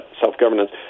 self-governance